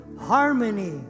harmony